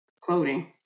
quoting